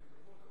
ואני